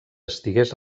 estigués